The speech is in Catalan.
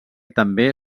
també